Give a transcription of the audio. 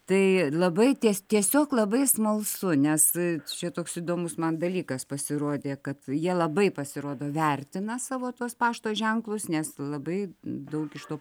tai labai ties tiesiog labai smalsu nes čia toks įdomus man dalykas pasirodė kad jie labai pasirodo vertina savo tuos pašto ženklus nes labai daug iš to